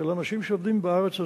של אנשים שעובדים בארץ הזאת.